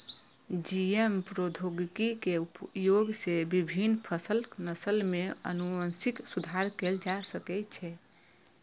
GM प्रौद्योगिकी के उपयोग सं विभिन्न फसलक नस्ल मे आनुवंशिक सुधार कैल जा सकै छै